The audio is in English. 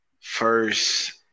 First